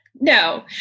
No